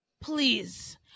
please